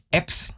apps